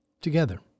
Together